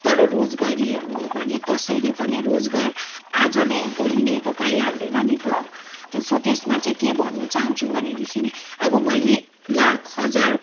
तर रोजगारी हेर्नु हो भने कसैले पनि रोजगार आज नै भोलि नै त पाइहाल्दैन नि त तो स त्यसमा चाहिँ के भन्नु चाहन्छु भनेदेखि अब मैले लाख हजार